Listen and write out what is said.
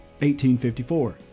1854